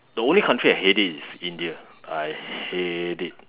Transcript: ya the only country I hate it is India I hate it